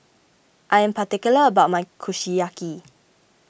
I am particular about my Kushiyaki